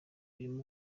birimo